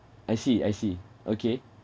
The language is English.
I see I see okay